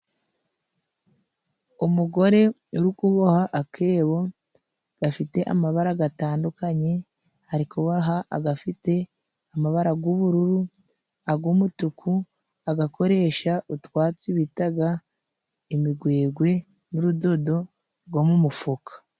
Umugore urikuboha akebo gafite amabara gatandukanye, arikuboha agafite amabara g'ubururu ag' umutuku agakoresha utwatsi bitaga imigwegwe n'urudodo go mu mufuka.